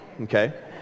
okay